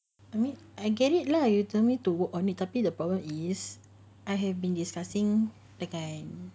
I mean I get it lah you told me to work on it tapi the problem is I have been discussing like I